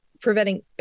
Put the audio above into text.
Preventing